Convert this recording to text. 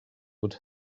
would